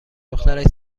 دخترش